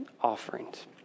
offerings